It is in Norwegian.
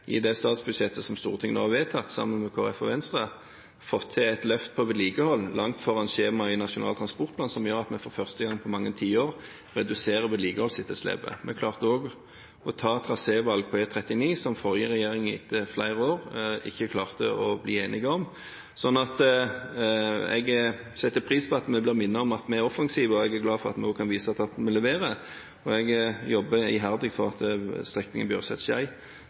i det statsbudsjettet som Stortinget nå har vedtatt, sammen med Kristelig Folkeparti og Venstre, fått til et løft på vedlikehold langt foran skjema i Nasjonal transportplan, som gjør at vi for første gang på mange tiår reduserer vedlikeholdsetterslepet. Vi klarte også å ta et trasévalg på E39, som forrige regjering etter flere år ikke klarte å bli enige om. Jeg setter pris på å bli mint om at vi er offensive, og jeg er glad for at vi også kan vise til at vi leverer. Jeg jobber iherdig for at strekningen